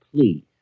please